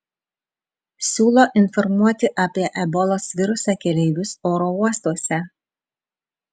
siūlo informuoti apie ebolos virusą keleivius oro uostuose